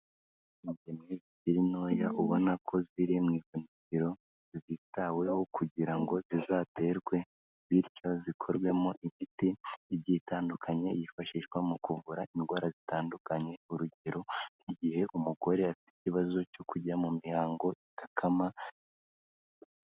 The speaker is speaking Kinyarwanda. Ingemye zikiri ntoya ubona ko ziri mu ihugutiro, zitaweho kugira ngo zizaterwe, bityo zikorwemo imiti igiye itandukanye yifashishwa mu kuvura indwara zitandukanye, urugero nk'igihe umugore afite ikibazo cyo kujya mu mihango idakama.